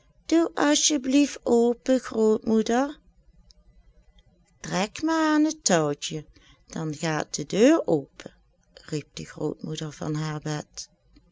je blieft open grootmoeder trek maar aan het touwtje kind dan gaat de deur open riep de grootmoeder van haar bed